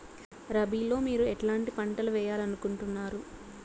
రబిలో మీరు ఎట్లాంటి పంటలు వేయాలి అనుకుంటున్నారు?